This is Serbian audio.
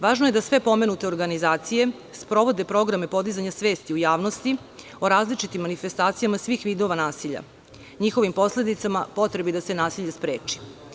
Važno je da sve pomenute organizacije sprovode programe podizanja svesti u javnosti o različitim manifestacijama svih vidova nasilja, njihovim posledicama, potrebi da se nasilje spreči.